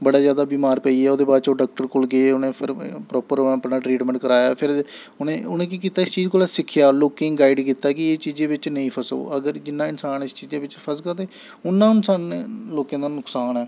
बड़ा जैदा बीमार पेई गेआ ओह्दे बाद च ओह् डाक्टर कोल गे उ'नें फिर प्रापर उ'नें अपना ट्रीटमैंट कराया फिर उ'नें उ'नें केह् कीता इस चीज कोला सिक्खेआ लोकें गी गाइड कीता कि एह् चीजें बिच्च नेईं फसो अगर जिन्ना इंसान इस चीजै बिच्च फसगा ते उन्ना इंंसानें लोकें दा नुक्सान ऐ